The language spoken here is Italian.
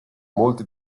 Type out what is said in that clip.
molte